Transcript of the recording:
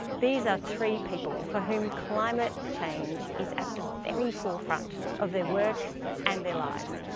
these are three people for whom climate change is at the very forefront of their work and their lives.